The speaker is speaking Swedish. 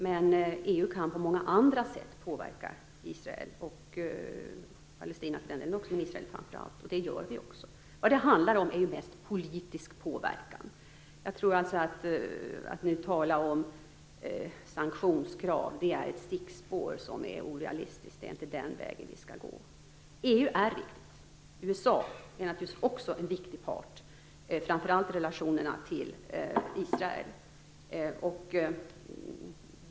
Men EU kan på många andra sätt påverka Israel och för den delen även Palestina, och det gör det också. Vad det handlar om är mest politisk påverkan. Att nu tala om sanktionskrav är ett stickspår som är orealistiskt, det är inte den vägen vi skall gå. EU är viktigt. USA är naturligtvis också en viktig part, framför allt när det gäller relationerna till Israel.